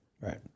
right